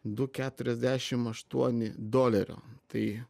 du keturiasdešim aštuoni dolerio tai